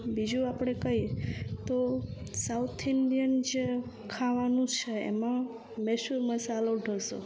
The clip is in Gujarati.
બીજું આપણે કહીએ તો સાઉથ ઇન્ડિયન જે ખાવાનું છે એમાં મૈસુર મસાલો ઢોસો